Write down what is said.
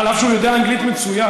אף שהוא יודע אנגלית מצוין,